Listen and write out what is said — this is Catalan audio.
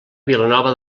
vilanova